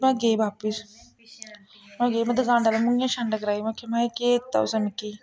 में गेई बापस में दकानदार दे मूंहे'र छंड कराई में आखेआ में एह् केह् दित्ता तुसें मिकी